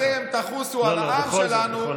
כשאתם תחוסו על העם שלנו,